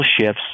shifts